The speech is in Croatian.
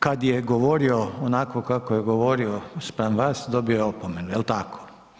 Kada je govorio onako kako je govorio spram vas dobio je opomenu jel tako.